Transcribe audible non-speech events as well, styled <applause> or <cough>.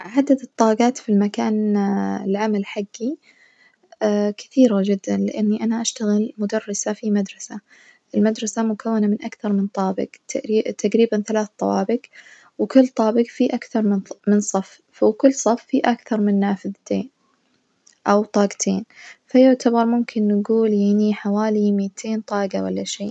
عدد الطاجات في المكان <hesitation> العمل حجي <hesitation> كثيرة جدًا لإني أنا أشتغل مدرسة في مدرسة، المدرسة مكونة من أكثر من طابج تق-تجريبا ثلاث طوابج وكل طابج فيه أكثر من صف وكل صف في أكثر من نافذتين أو طاجتين فيعتبر ممكن نجول يعني حوالي ميتين طاجة وألا شي.